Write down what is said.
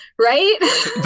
Right